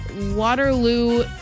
Waterloo